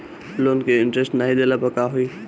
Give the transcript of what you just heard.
Loan के interest नाही देहले पर का होई?